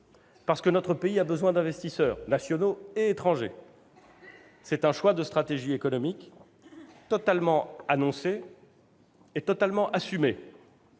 Parce que notre pays a besoin d'investisseurs, nationaux et étrangers. C'est un choix de stratégie économique totalement annoncé et totalement assumé.